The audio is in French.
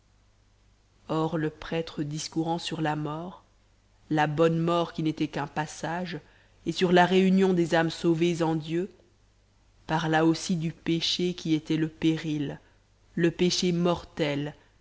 or le prêtre discourant sur la mort la bonne mort qui n'était qu'un passage et sur la réunion des âmes sauvées en dieu parla aussi du péché qui était le péril le péché mortel